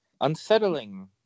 unsettling